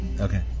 Okay